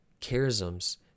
charisms